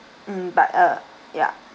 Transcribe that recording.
mm but err ya